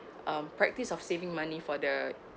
um practice of saving money for the